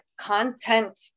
content